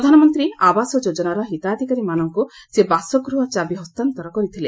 ପ୍ରଧାନମନ୍ତ୍ରୀ ଆବାସ ଯୋଜନାର ହିତାଧିକାରୀମାନଙ୍କୁ ସେ ବାସଗୃହ ଚାବି ହସ୍ତାନ୍ତର କରିଥିଲେ